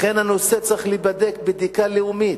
לכן הנושא הזה צריך להיבדק בדיקה לאומית,